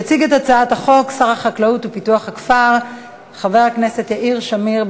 יציג את הצעת החוק שר החקלאות ופיתוח הכפר חבר הכנסת יאיר שמיר.